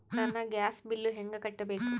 ನನ್ನ gas bill ಹೆಂಗ ಕಟ್ಟಬೇಕು?